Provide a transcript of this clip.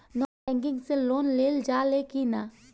Non banking से loan लेल जा ले कि ना?